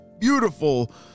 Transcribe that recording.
beautiful